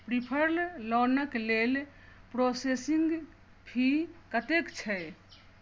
preferred लोनके लेल processing fee कतेक छै